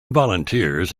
volunteers